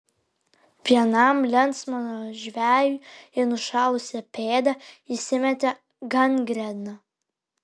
vienam lensmano žvejui į nušalusią pėdą įsimetė gangrena